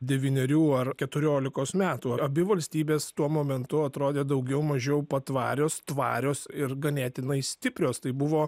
devynerių ar keturiolikos metų abi valstybės tuo momentu atrodė daugiau mažiau patvarios tvarios ir ganėtinai stiprios tai buvo